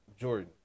Jordan